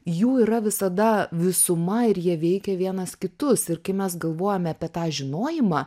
jų yra visada visuma ir jie veikia vienas kitus ir kai mes galvojam apie tą žinojimą